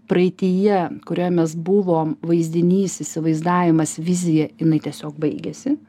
praeityje kurioje mes buvom vaizdinys įsivaizdavimas vizija jinai tiesiog baigėsi